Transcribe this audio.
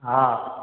हा